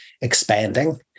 expanding